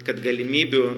kad galimybių